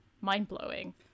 mind-blowing